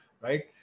right